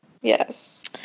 Yes